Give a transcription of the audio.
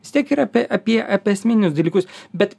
vis tiek yra apie apie esminius dalykus bet